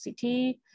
ct